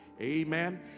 Amen